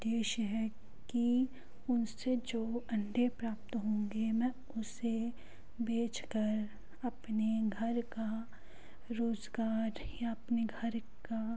उद्देश्य है कि उन से जो अंडे प्राप्त होंगे मैं उसे बेच कर अपने घर का रोजगार या अपने घर का